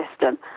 system